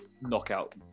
knockout